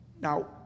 Now